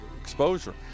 exposure